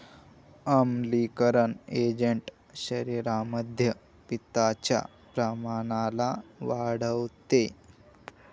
आम्लीकरण एजंट शरीरामध्ये पित्ताच्या प्रमाणाला वाढवते